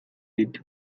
dit